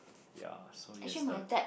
ya so he has the